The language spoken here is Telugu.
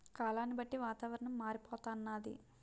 కాలాన్ని బట్టి వాతావరణం మారిపోతన్నాది